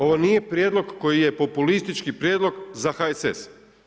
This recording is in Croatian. Ovo nije prijedlog koji je populistički prijedlog za HSS.